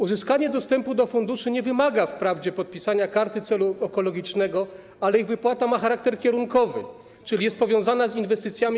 Uzyskanie dostępu do funduszy nie wymaga wprawdzie podpisania karty celu ekologicznego, ale ich wypłata ma charakter kierunkowy, czyli jest powiązana z zielonymi inwestycjami.